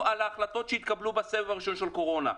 על ההחלטות שהתקבלו בסבב הראשון של הקורונה.